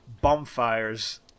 bonfires